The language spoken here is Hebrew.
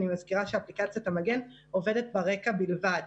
אני מזכירה שאפליקציית המגן עובדת ברקע, בלבד.